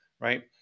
right